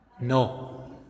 No